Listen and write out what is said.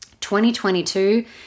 2022